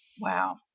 Wow